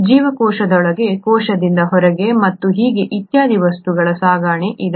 ಜೀವಕೋಶದೊಳಗೆ ಕೋಶದಿಂದ ಹೊರಗೆ ಮತ್ತು ಹೀಗೆ ಇತ್ಯಾದಿ ವಸ್ತುಗಳ ಸಾಗಣೆ ಇದೆ